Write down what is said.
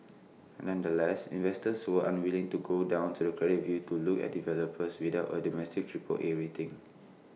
nevertheless investors were unwilling to go down the credit curve to look at developers without A domestic Triple A rating